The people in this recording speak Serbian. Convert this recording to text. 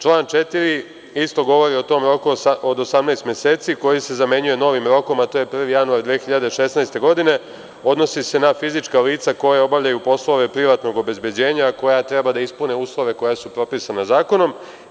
Član 4. isto govori o tom roku od 18. meseci koji se zamenjuje novim rokom, a to je 1. januar 2016. godine, odnosi se na fizička lica koja obavljaju poslove privatnog obezbeđenja, a koja treba da ispune uslove koji su propisani zakonom.